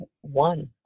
one